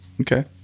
okay